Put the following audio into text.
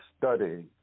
studying